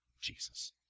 Jesus